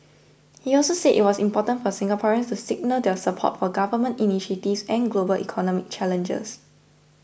he also said it was important for Singaporeans to signal their support for government initiatives and global economic challenges